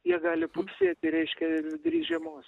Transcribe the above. jie gali pupsėti reiškia ir vidury žiemos